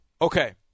Okay